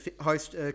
host